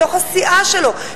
מתוך הסיעה שלו,